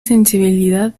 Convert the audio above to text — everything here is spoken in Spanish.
sensibilidad